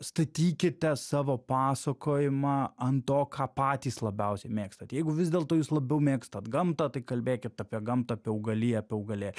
statykite savo pasakojimą ant to ką patys labiausiai mėgstat jeigu vis dėlto jūs labiau mėgstat gamtą tai kalbėkit apie gamtą apie augaliją apie augalė